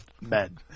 men